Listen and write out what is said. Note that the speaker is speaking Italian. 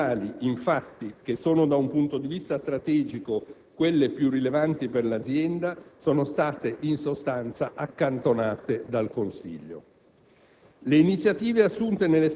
le scelte editoriali, infatti, che sono da un punto di vista strategico quelle più rilevanti per l'azienda, sono state in sostanza «accantonate» dal Consiglio.